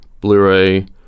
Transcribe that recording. Blu-ray